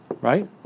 right